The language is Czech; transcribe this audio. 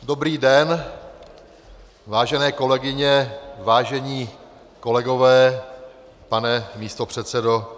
Dobrý den, vážené kolegyně, vážení kolegové, pane místopředsedo.